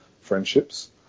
friendships